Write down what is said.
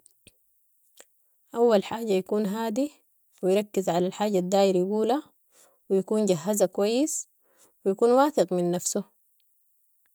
اول حاجه يكون هادي. ويركز علي الحاجه الداير يقولها و يكون جهزها كويس ويكون واثق من نفسه.